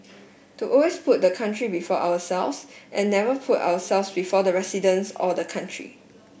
to always put the country before ourselves and never put ourselves before the residents or the country